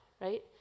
right